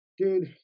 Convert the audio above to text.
dude